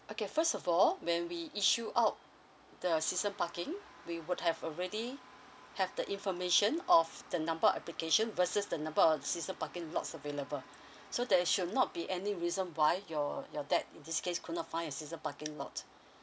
okay first of all when we issue out the season parking we would have already have the information of the number of application versus the number of season parking lots available so there should not be any reason why your your dad in this case could not find a season parking lot